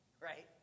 Right